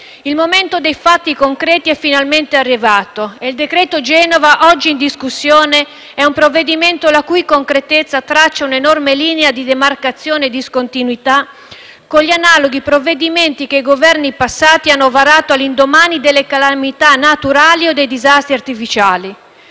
Il momento dei fatti concreti è finalmente arrivato e il decreto Genova oggi in discussione è un provvedimento la cui concretezza traccia un’enorme linea di demarcazione e di discontinuità con gli analoghi provvedimenti che i Governi passati hanno varato all’indomani delle calamità naturali o dei disastri artificiali.